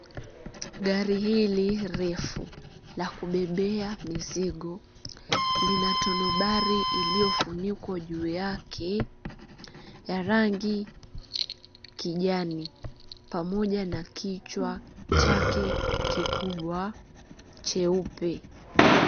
Gari hill refu la kubebea mizigo lina tundubare iliyofunikwa juu yake ya rangi kijani pamoja na kichwa chake kikubwa cheupe.